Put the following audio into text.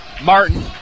Martin